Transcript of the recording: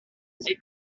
envahit